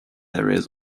areas